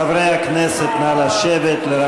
חברי הכנסת, נא לשבת.